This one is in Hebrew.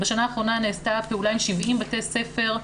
בשנה האחרונה נעשתה פעולה עם 70 בתי ספר,